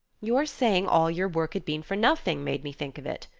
your saying all your work had been for nothing, made me think of it,